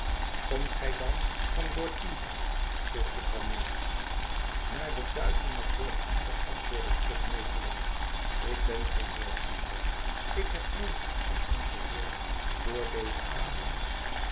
komt gij dan van lord peter vroeg jufvrouw manners naar den duivel met lord peter antwoordde trott netelig ik ben geen lord peter en heb nooit van hem gehoord voor dezen avond